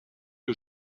que